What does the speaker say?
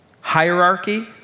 hierarchy